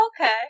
Okay